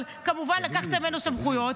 אבל כמובן לקחתם ממנו סמכויות.